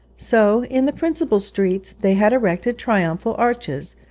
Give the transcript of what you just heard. so in the principal streets they had erected triumphal arches,